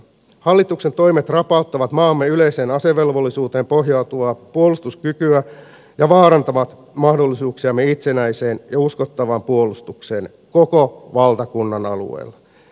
hallituksen toimet rapauttavat maamme yleiseen asevelvollisuuteen pohjautuvaa puolustuskykyä ja vaarantavat mahdollisuuksiamme itsenäiseen ja uskottavaan puolustukseen koko valtakunnan alueella